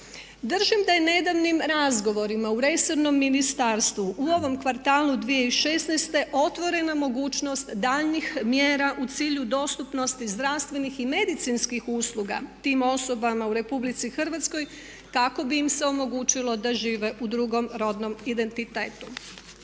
Držim da je nedavnim razgovorima u resornom ministarstvu u ovom kvartalu 2016.otvorena mogućnost daljnjih mjera u cilju dostupnosti zdravstvenih i medicinskih usluga tim osobama u RH kako bi im se omogućilo da žive u drugom rodnom identitetu.